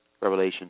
Revelation